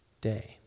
day